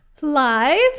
live